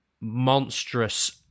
monstrous